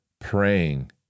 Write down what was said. praying